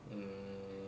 um